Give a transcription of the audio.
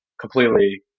completely